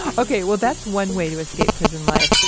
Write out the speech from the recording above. ok. well, that's one way to escape prison life,